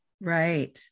Right